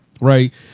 Right